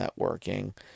networking